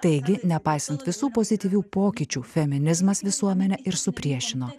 taigi nepaisant visų pozityvių pokyčių feminizmas visuomenę ir supriešino